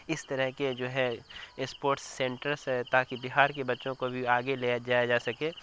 اس طرح کے جو ہے اسپورٹس سینٹرس ہے تاکہ بہار کے بچوں کو بھی آگے لے جایا جا سکے